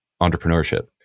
entrepreneurship